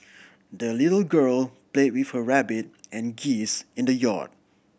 the little girl played with her rabbit and geese in the yard